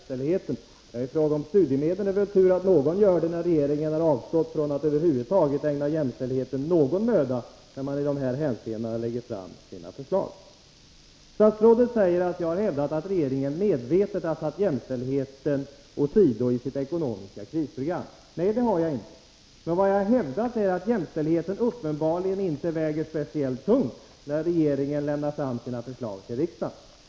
Herr talman! Statsrådet säger att det är av intresse att jag är intresserad av jämställdheten. I fråga om studiemedlen är det väl tur att någon är intresserad, eftersom regeringen har avstått från att över huvud taget ägna jämställdheten någon möda, när regeringen lägger fram sina förslag på detta område. Statsrådet säger att jag har hävdat att regeringen medvetet har satt jämställdheten åt sidan i sitt ekonomiska krisprogram. Nej, det har jag inte. Men jag har hävdat att jämställdheten uppenbarligen inte väger speciellt tungt när regeringen lämnar sina förslag till riksdagen.